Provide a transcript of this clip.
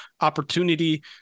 opportunity